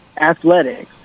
athletics